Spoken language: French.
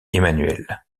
emmanuelle